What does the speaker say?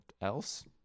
else